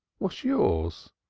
what's yours?